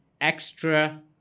extra